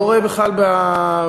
לא רואה בכלל בשירות,